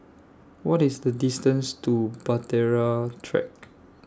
What IS The distance to Bahtera Track